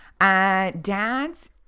dad's